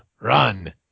run